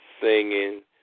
singing